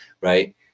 right